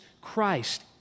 Christ